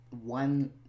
one